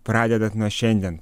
pradedant nuo šiandien